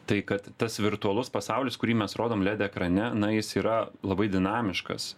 tai kad tas virtualus pasaulis kurį mes rodom led ekrane na jis yra labai dinamiškas